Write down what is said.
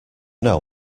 know